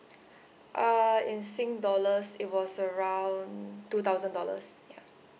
uh in singapore dollars it was around two thousand dollars ya